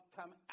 come